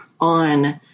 on